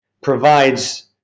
provides